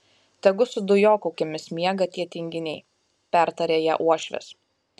tegu su dujokaukėmis miega tie tinginiai pertarė ją uošvis